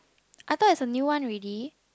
I thought it's a new one already